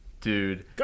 dude